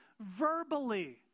verbally